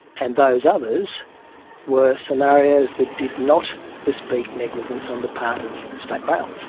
and those others were scenarios that did not bespeak negligence on the part of state rail.